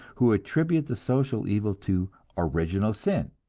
who attribute the social evil to original sin,